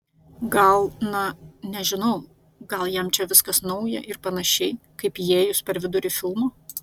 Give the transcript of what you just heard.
gal na nežinau gal jam čia viskas nauja ar panašiai kaip įėjus per vidurį filmo